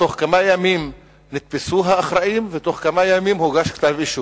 בתוך כמה ימים נתפסו האחראים ובתוך כמה ימים הוגש כתב אישום.